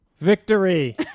Victory